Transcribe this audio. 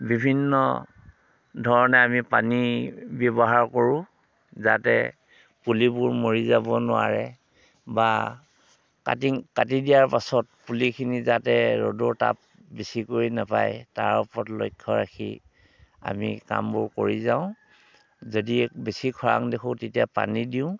বিভিন্ন ধৰণে আমি পানী ব্যৱহাৰ কৰোঁ যাতে পুলিবোৰ মৰি যাব নোৱাৰে বা কাটিং কাটি দিয়াৰ পাছত পুলিখিনি যাতে ৰ'দৰ তাপ বেছিকৈ নাপায় তাৰ ওপৰত লক্ষ্য ৰাখি আমি কামবোৰ কৰি যাওঁ যদি বেছি খৰাং দেখোঁ তেতিয়া পানী দিওঁ